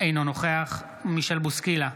אינו נוכח מישל בוסקילה,